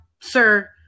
Sir